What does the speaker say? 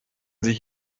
sich